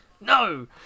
No